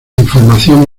información